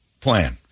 plan